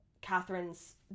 Catherine's